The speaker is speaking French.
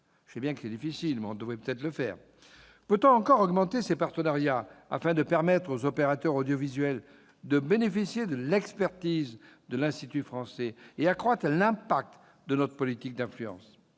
Cela doit être possible, même si c'est difficile. Peut-on encore augmenter ces partenariats afin de permettre aux opérateurs audiovisuels de bénéficier de l'expertise de l'Institut français, et accroître l'impact de notre politique d'influence ?